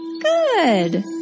Good